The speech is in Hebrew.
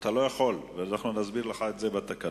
אני יכול להצביע מליאה.